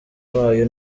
bayo